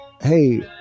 hey